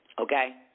Okay